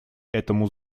этому